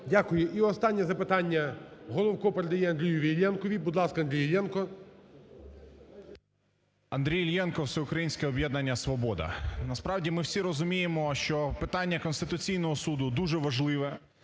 Дякую. І останнє запитання, Головко передає Андрієві Іллєнкові. Будь ласка, Андрій Іллєнко. 14:01:41 ІЛЛЄНКО А.Ю. Андрій Іллєнко, Всеукраїнське об'єднання "Свобода". Насправді ми всі розуміємо, що питання Конституційного Суду дуже важливе.